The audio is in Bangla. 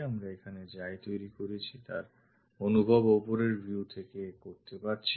আমরা এখানে যা ই তৈরী করেছি তার অনুভব ওপরের view থেকে করতে পারছি